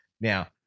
Now